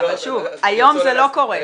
היום זה לא קורה.